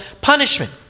punishment